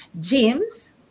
James